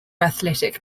athletic